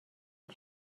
est